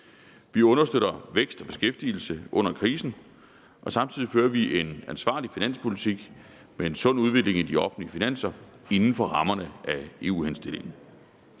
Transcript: Vi understøtter vækst og beskæftigelse under krisen, og samtidig fører vi en ansvarlig finanspolitik med en sund udvikling i de offentlige finanser inden for rammerne af EU-henstillingen.